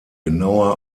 genauer